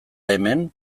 hemen